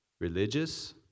religious